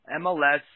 MLS